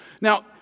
Now